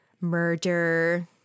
murder